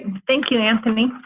thank you, anthony.